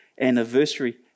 anniversary